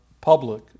public